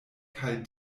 kaj